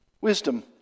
Wisdom